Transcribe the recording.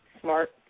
smart